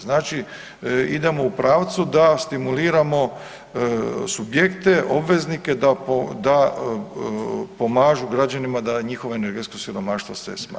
Znači, idemo u pravcu da stimuliramo subjekte, obveznike da pomažu građanima da njihovo energetsko siromaštvo se smanji.